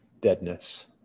deadness